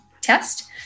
test